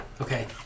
Okay